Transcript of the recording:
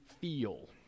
feel